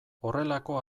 horrelako